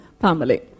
family